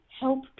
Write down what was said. help